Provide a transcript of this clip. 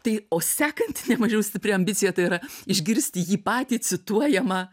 tai o sekanti ne mažiau stipri ambicija tai yra išgirsti jį patį cituojamą